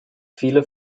viele